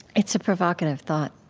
it's a provocative thought.